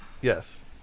Yes